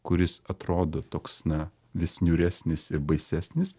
kuris atrodo toks na vis niūresnis ir baisesnis